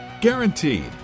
guaranteed